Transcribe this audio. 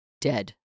dead